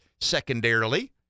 secondarily